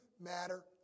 matter